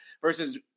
versus